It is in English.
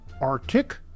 Arctic